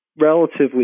relatively